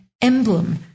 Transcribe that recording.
emblem